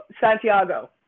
Santiago